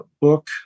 book